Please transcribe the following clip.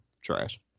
Trash